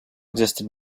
existed